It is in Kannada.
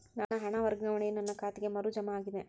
ನನ್ನ ಹಣ ವರ್ಗಾವಣೆಯು ನನ್ನ ಖಾತೆಗೆ ಮರು ಜಮಾ ಆಗಿದೆ